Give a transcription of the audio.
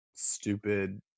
Stupid